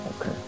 Okay